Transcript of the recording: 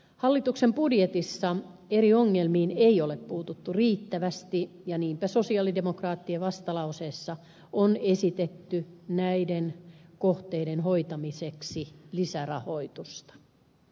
hallituksen budjetissa eri ongelmiin ei ole puututtu riittävästi ja niinpä sosialidemokraattien vastalauseessa on esitetty näiden kohteiden hoitamiseksi lisärahoitusta